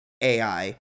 ai